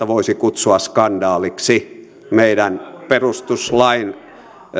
voisi kutsua skandaaliksi meidän perustuslain